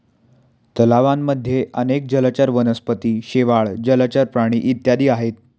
तलावांमध्ये अनेक जलचर वनस्पती, शेवाळ, जलचर प्राणी इत्यादी आहेत